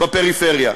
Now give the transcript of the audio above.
בפריפריה.